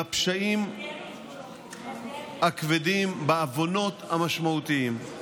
בפשעים הכבדים, בעוונות המשמעותיים.